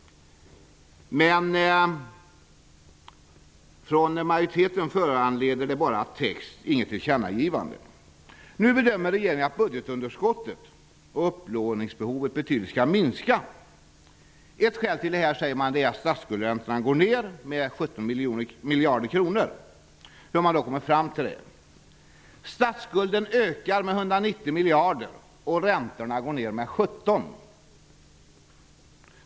Men från majoriteten föranleder det bara text, inget tillkännagivande. Nu bedömer regeringen att budgetunderskottet och upplåningsbehovet betydligt skall minska. Ett skäl till det är, säger man, att statsskuldräntorna går ner med 17 miljarder kronor. Hur har man kommit fram till det? Statsskulden ökar med 190 miljarder, men räntorna går ner med 17.